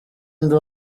ndi